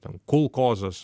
ten kulkozas